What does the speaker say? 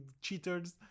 cheaters